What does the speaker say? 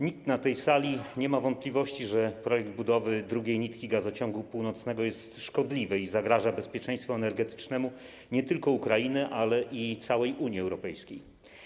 Nikt na tej sali nie ma wątpliwości, że projekt budowy drugiej nitki Gazociągu Północnego jest szkodliwy i zagraża bezpieczeństwu energetycznemu nie tylko Ukrainy, ale i całej Unii Europejskiej.